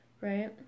right